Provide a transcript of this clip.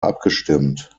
abgestimmt